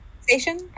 station